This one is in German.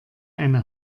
eine